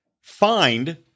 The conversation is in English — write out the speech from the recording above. find